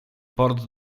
port